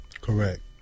correct